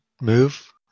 move